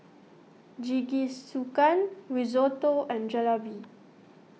Jingisukan Risotto and Jalebi